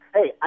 Hey